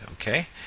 okay